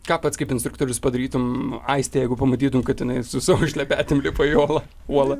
ką pats kaip instruktorius padarytum aistei jeigu pamatytum kad jinai su savo šlepetėm lipa į olą uolą